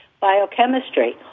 biochemistry